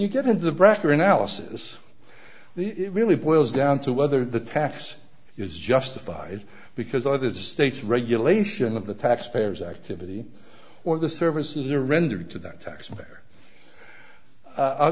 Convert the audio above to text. you get into the brecker analysis it really boils down to whether the tax is justified because other states regulation of the tax payers activity or the services are rendered to the taxpayer